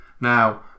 now